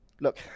look